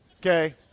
Okay